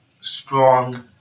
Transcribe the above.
strong